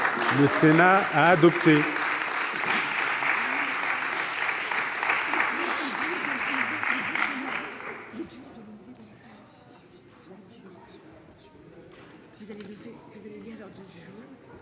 Le Sénat a adopté.